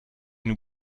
nous